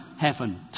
heaven